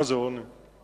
מה זה, רוני?